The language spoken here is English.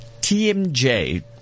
TMJ